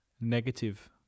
negative